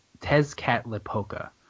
Tezcatlipoca